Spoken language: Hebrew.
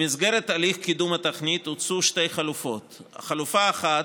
במסגרת הליך קידום התוכנית הוצעו שתי חלופות: חלופה אחת,